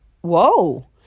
whoa